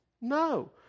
No